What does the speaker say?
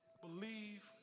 believe